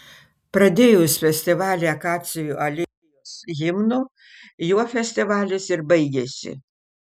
pradėjus festivalį akacijų alėjos himnu juo festivalis ir baigėsi